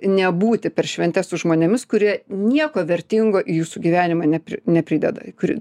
nebūti per šventes su žmonėmis kurie nieko vertingo į jūsų gyvenimą nepri neprideda kuri